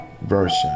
Version